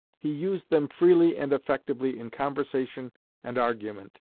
he used them freely and effectively in conversation and argument.